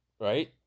Right